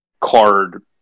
card